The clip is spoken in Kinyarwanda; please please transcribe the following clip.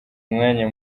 umwanya